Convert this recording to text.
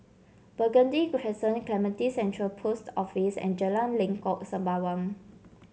Burgundy Crescent Clementi Central Post Office and Jalan Lengkok Sembawang